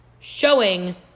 showing